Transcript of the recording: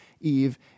Eve